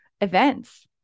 events